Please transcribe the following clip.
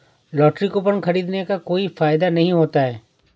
lottery coupon खरीदने का कोई फायदा नहीं होता है